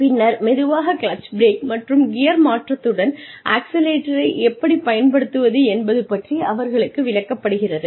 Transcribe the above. பின்னர் மெதுவாக clutch brake மற்றும் கியர் மாற்றத்துடன் ஆக்சிலரேட்டரை எப்படிப் பயன்படுத்துவது என்பது பற்றி அவர்களுக்கு விளக்கப்படுகிறது